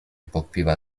pokpiwa